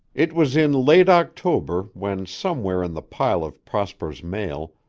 it was in late october when, somewhere in the pile of prosper's mail,